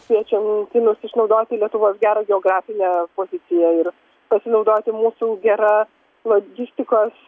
kviečiam kinus išnaudoti lietuvos gerą geografinę poziciją ir pasinaudoti mūsų gera logistikos